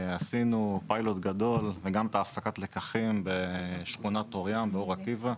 עשינו פיילוט גדול וגם את הפקת הלקחים בשכונת אור ים באור עקיבא.